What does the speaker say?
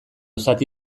zati